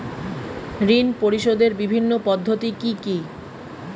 ঋণ পরিশোধের বিভিন্ন পদ্ধতি কি কি?